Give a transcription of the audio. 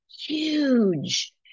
Huge